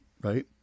right